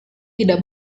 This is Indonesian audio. tidak